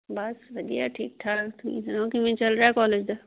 ਬਸ ਵਧੀਆ ਠੀਕ ਠਾਕ ਤੁਸੀਂ ਸੁਣਾਓ ਕਿਵੇਂ ਚੱਲ ਰਿਹਾ ਕੋਲੇਜ ਦਾ